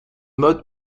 mode